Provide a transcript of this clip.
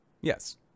Yes